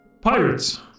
Pirates